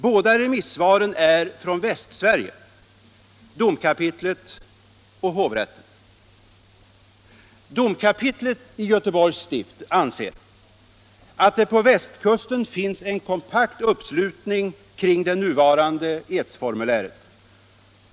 Båda remissvaren är från Västsverige: domkapitlet och hovrätten. Domkapitlet i Göteborgs stift anser att det på västkusten finns en kompakt uppslutning kring det nuvarande edsformuläret.